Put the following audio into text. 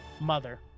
Mother